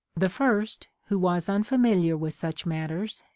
the first, who was unfamiliar with such matters,